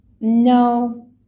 no